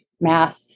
math